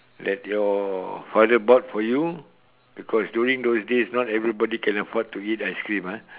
that your father bought for you because during those days not everybody can afford to eat ice cream ah